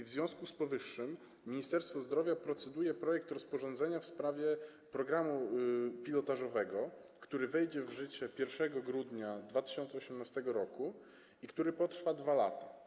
W związku z powyższym Ministerstwo Zdrowia proceduje nad projektem rozporządzenia w sprawie programu pilotażowego, który wejdzie w życie 1 grudnia 2018 r. i który potrwa 2 lata.